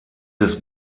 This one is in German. des